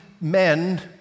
men